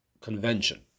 Convention